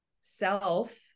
self